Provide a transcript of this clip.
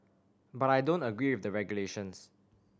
but I don't agree with the regulations